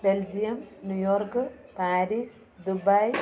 Belgium New York Paris Dubai